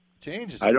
changes